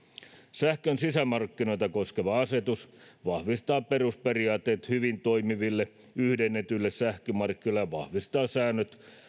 sähkön sisämarkkinoita koskeva asetus vahvistaa perusperiaatteet hyvin toimiville yhdennetylle sähkömarkkinoille ja vahvistaa säännöt